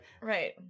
Right